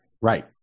Right